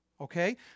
Okay